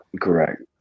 Correct